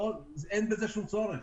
בעוד שאין בזה שום צורך,